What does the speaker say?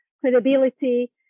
credibility